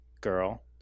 girl